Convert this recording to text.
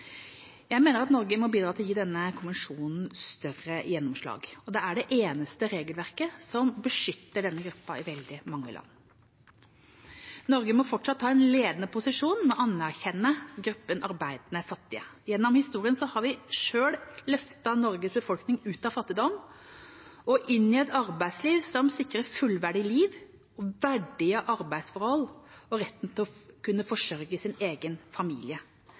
Jeg mener at Norge må bidra til å gi denne konvensjonen større gjennomslag, for det er det eneste regelverket som beskytter denne gruppen arbeidstakere i veldig mange land. Norge må fortsatt ta en ledende posisjon med å anerkjenne gruppen arbeidende fattige. Gjennom historien har vi selv løftet Norges befolkning ut av fattigdom og inn i et arbeidsliv som skal sikre fullverdige liv, verdige arbeidsforhold og retten til å kunne forsørge sin egen familie.